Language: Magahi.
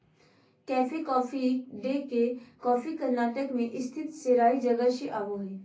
कैफे कॉफी डे के कॉफी कर्नाटक मे स्थित सेराई जगह से आवो हय